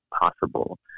possible